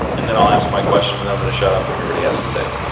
and then i'll ask my question and i'm going to shut up and hear what he has to say.